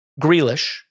Grealish